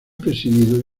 presidido